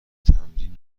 تمرین